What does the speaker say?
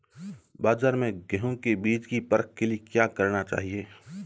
बाज़ार में गेहूँ के बीज की परख के लिए क्या करना चाहिए?